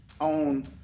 on